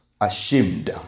ashamed